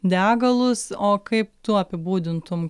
degalus o kaip tu apibūdintum